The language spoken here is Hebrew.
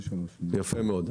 יפה מאוד.